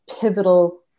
pivotal